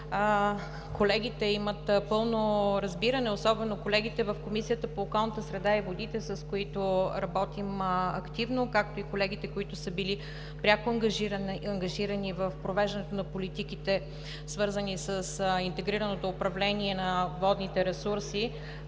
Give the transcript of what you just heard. колегите имат пълно разбиране, особено колегите в Комисията по околната среда и водите, с които работим активно, както и колегите, пряко ангажирани в провеждането на политиките, свързани с интегрираното управление на водните ресурси,